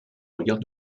regard